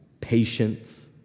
patience